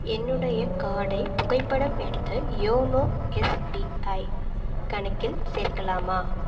என்னுடைய கார்டைப் புகைப்படம் எடுத்து யோனோ எஸ்பிஐ கணக்கில் சேர்க்கலாமா